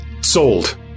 Sold